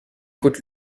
coûte